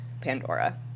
Pandora